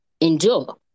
endure